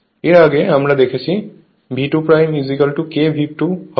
এর আগে আমরা দেখেছি V2 kV2 হয়